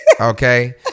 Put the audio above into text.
Okay